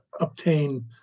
obtain